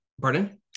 pardon